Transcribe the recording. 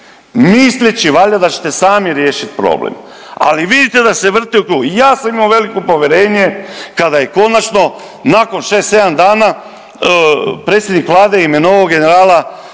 misleći valjda da ćete sami riješiti problem. Ali, vidite da se vrti u krug, ja sam imao veliko povjerenje kada je konačno nakon 6, 7 dana predsjednik Vlade imenovao generala